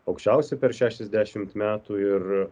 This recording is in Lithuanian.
aukščiausi per šešiasdešimt metų ir